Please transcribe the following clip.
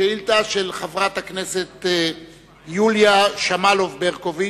שאילתא של חברת הכנסת יוליה שמאלוב-ברקוביץ,